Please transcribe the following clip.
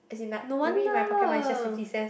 no wonder